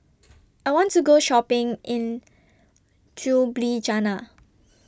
I want to Go Shopping in Ljubljana